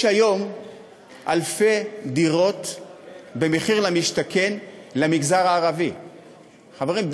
יש היום אלפי דירות במחיר למשתכן למגזר הערבי; חברים,